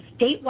statewide